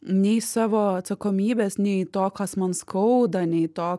nei savo atsakomybės nei to kas man skauda nei to